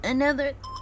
Another-